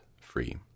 free